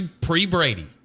Pre-Brady